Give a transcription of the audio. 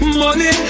money